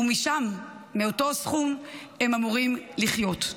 ומשם, מאותו סכום, הם אמורים לחיות.